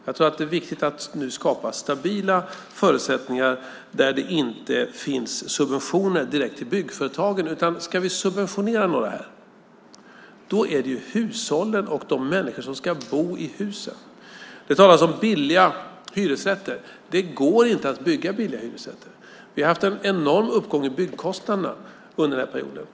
Jag tror att det är viktigt att nu skapa stabila förutsättningar där det inte finns subventioner direkt till byggföretagen. Ska vi subventionera några här så är det hushållen och de människor som ska bo i husen. Det talas om billiga hyresrätter. Det går inte att bygga billiga hyresrätter. Vi har haft en enorm uppgång i byggkostnaderna under den här perioden.